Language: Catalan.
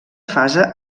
fase